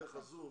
דרך הזום,